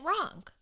wrong